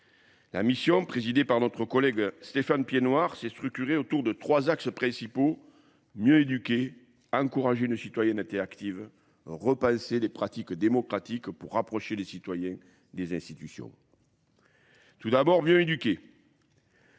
La mission, présidée par notre collègue Stéphane Piennoir, s'est structurée autour de trois axes principaux. Mieux éduquer, encourager une citoyenneté active, repenser les pratiques démocratiques pour rapprocher les citoyens des institutions. Tout d'abord, bien éduquer.